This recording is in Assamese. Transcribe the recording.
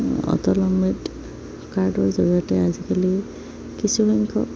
অটল অমৃত কাৰ্ডৰ জৰিয়তে আজিকালি কিছু সংখ্যক